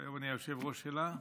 והיום אני היושב-ראש שלה.